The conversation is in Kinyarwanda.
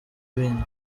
ibindi